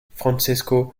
francesco